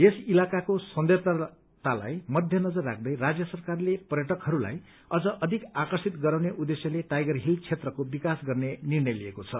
यस इलाकाको सौन्दर्यतालाई मध्य नजर राख्दै राज्य सरकारले पर्यटकहस्लाई अम्न अधिक आकर्षित गरिने उद्देश्यले टाइगर हिल क्षेत्रको विकास गर्ने निर्णय लिएको छ